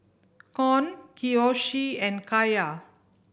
Con Kiyoshi and Kaiya